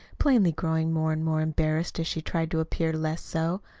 plainly growing more and more embarrassed as she tried to appear less so.